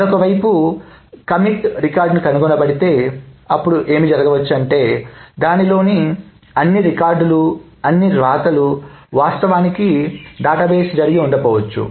మరోవైపు commit T record కనుగొనబడితే అప్పుడు ఏమి జరగవచ్చు అంటే దానిలోని అన్ని రికార్డులు అన్ని వ్రాతలు వాస్తవానికి డేటాబేస్ జరిగి ఉండకపోవచ్చు